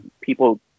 People